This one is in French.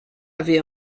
avait